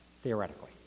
theoretically